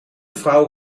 vrouw